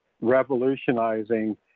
revolutionizing